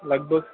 لگ بگ